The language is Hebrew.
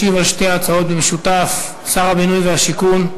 ישיב על שתי ההצעות במשותף שר הבינוי והשיכון.